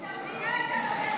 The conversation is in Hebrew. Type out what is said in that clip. חבר הכנסת ואטורי, קריאה שנייה.